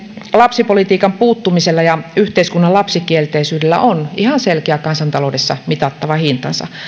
lapsipolitiikan puuttumisella ja yhteiskunnan lapsikielteisyydellä on ihan selkeä kansantaloudessa mitattava hintansa